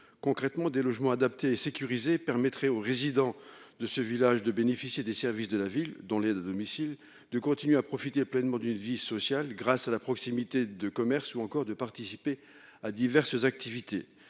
concrètement des logements adaptés, sécurisés permettrait aux résidents de ce village de bénéficier des services de la ville dans les 2 domicile de continuer à profiter pleinement d'une vie sociale grâce à la proximité de commerce ou encore de participer à diverses activités